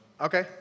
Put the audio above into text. okay